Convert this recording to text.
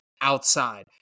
outside